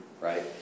right